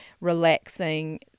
relaxing